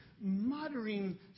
muttering